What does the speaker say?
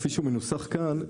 כפי שהוא מנוסח כאן,